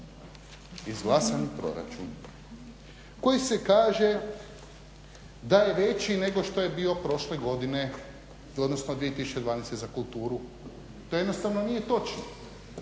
izglasani proračun koji se kaže da je veći nego što je bio prošle godine, odnosno 2012. Za kulturu, to jednostavno nije točno